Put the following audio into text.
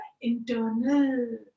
internal